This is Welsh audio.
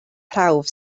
prawf